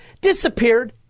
disappeared